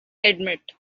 admit